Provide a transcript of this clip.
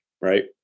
right